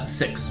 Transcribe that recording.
six